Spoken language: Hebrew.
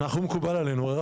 זה מקובל עלינו.